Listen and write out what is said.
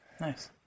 Nice